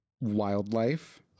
Wildlife